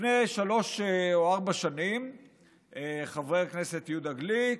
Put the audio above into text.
לפני שלוש או ארבע שנים חבר הכנסת יהודה גליק,